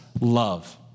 love